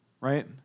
Right